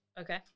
Okay